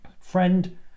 Friend